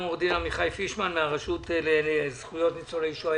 עורך דין עמיחי פישמן מהרשות לזכויות ניצולי שואה?